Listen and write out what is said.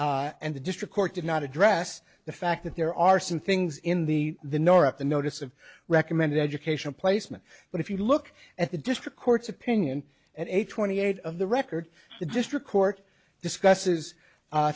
and the district court did not address the fact that there are some things in the the nor at the notice of recommended education placement but if you look at the district court's opinion at age twenty eight of the record the district court discusses